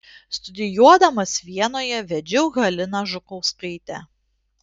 studijuodamas vienoje vedžiau haliną žukauskaitę